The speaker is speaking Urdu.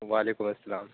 وعلیکم السلام